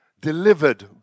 delivered